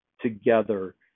together